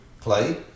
play